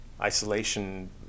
isolation